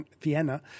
Vienna